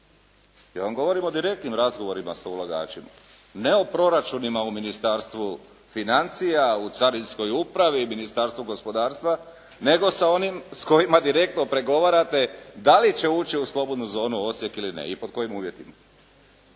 Ja vam govorim o direktnim razgovorima sa ulagačima, ne o proračunima u Ministarstvu financija, u carinskoj upravi, Ministarstvu gospodarstva nego sa onim s kojima direktno pregovarate da li će ući u slobodnu zonu Osijek ili ne i pod kojim uvjetima.